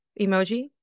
emoji